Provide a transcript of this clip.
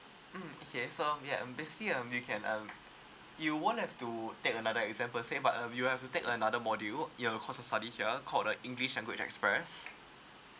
mm okay so ya basically um you can um you won't have to take another exam per se but uh you have to take another module year of course of study here call the english language express